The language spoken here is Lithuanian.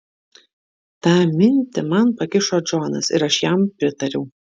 tą minti man pakišo džonas ir aš jam pritariau